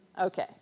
Okay